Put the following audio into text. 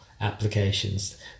applications